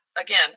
again